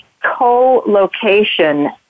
co-location